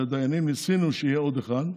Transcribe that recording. ולדיינים ניסינו שיהיה עוד אחד,